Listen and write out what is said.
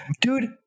Dude